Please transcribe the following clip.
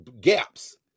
gaps